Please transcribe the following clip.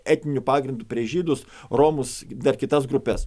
etniniu pagrindu prieš žydus romus dar kitas grupes